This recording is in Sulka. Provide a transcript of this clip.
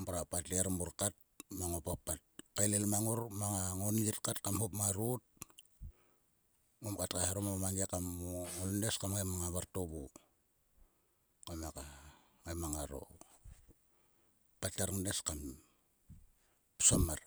mrua pater mor kat mang o papat. kaelel mang ngor mang a ngonit kat kam hop marot. Kam kat kaeharom o mangi. o ngnes kam ngai ma vartovo. Kam ngai mang ngaro patter ngnes kam psom mar.